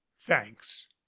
Thanks